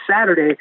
Saturday